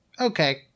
okay